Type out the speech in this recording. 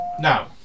now